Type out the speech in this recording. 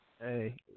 Hey